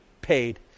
paid